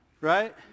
Right